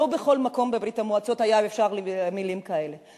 לא בכל מקום בברית-המועצות אפשר היה להגיד מלים כאלה.